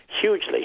hugely